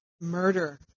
Murder